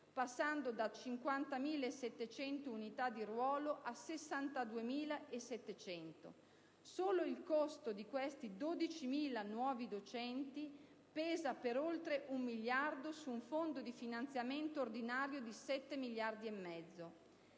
passando da 50.700 unità di ruolo a 62.700. Solo il costo di questi 12.000 nuovi docenti pesa per oltre un miliardo su un Fondo di finanziamento ordinario di 7,5 miliardi. Nello